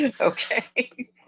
Okay